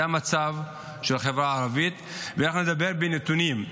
זה המצב של החברה הערבית, ואנחנו נדבר בנתונים: